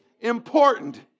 important